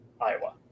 Iowa